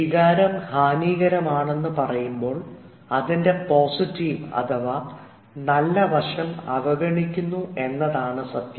വികാരം ഹാനികരമാണ് എന്ന് പറയുമ്പോൾ അതിൻറെ പോസിറ്റീവ് അഥവാ നല്ല വശം അവഗണിക്കുന്നു എന്നതാണ് സത്യം